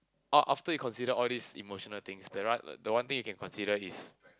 all after you consider all these emotional things the ra~ the one thing you can consider is